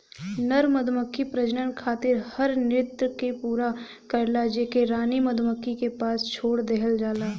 नर मधुमक्खी प्रजनन खातिर हर नृत्य के पूरा करला जेके रानी मधुमक्खी के पास छोड़ देहल जाला